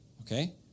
okay